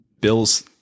Bill's